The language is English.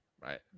right